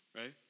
right